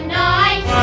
night